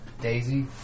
Daisy